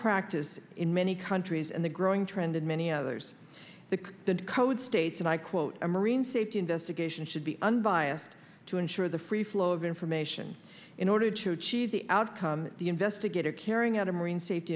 practice in many countries and the growing trend in many others that the code states and i quote a marine safety investigation should be unbiased to ensure the free flow of information in order to achieve the outcome the investigator carrying out a marine safety